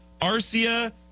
Arcia